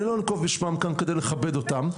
אני לא אנקוב בשמם כאן כדי לכבד אותם,